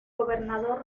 gobernador